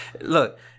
look